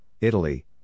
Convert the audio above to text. Italy